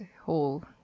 whole